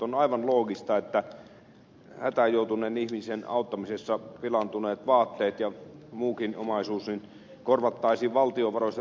on aivan loogista että hätään joutuneen ihmisen auttamisessa pilaantuneet vaatteet ja muukin omaisuus korvattaisiin valtion varoista täysimääräisenä